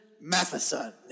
Matheson